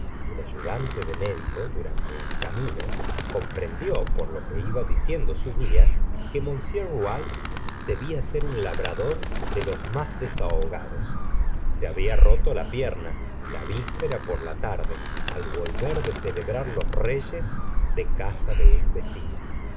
el ayudante de módico durante el camino comprendió por lo que iba diciendo su gula que m rouault debía ser un labrador de los más desahogados se había roto la pierna la víspera por la tarde al volver de celebrar los reyes de casa de un vecino